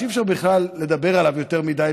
שאי-אפשר בכלל לדבר עליו יותר מדי,